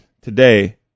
Today